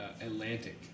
Atlantic